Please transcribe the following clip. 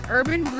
Urban